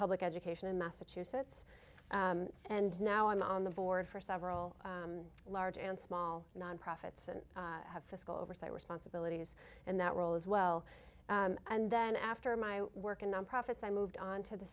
public education in massachusetts and now i'm on the board for several large and small non profits and have fiscal oversight responsibilities in that role as well and then after my work in non profits i moved on to the